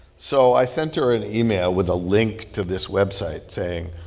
so i sent her an email with a link to this website saying,